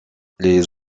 les